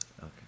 okay